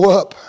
up